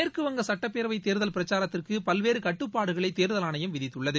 மேற்குவங்க சட்டப்பேரவை தேர்தல் பிரச்சாரத்திற்கு பல்வேறு கட்டுப்பாடுகளை தேர்தல் ஆணையம் விதித்துள்ளது